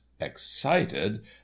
excited